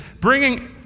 bringing